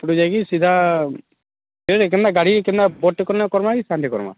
ହେପଟୁ ଯାଇକି ସିଧା ନାଇଁ ନାଇଁ କେନ୍ତା ଗାଡ଼ିଟେ କେନ୍ତା ବଡ଼ ଟେ କରମା କି ସାନଟେ କରମା